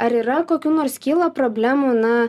ar yra kokių nors kyla problemų na